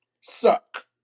suck